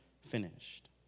finished